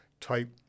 type